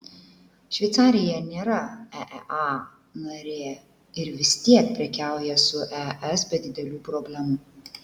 šveicarija nėra eea narė ir vis tiek prekiauja su es be didelių problemų